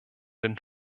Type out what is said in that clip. den